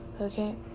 Okay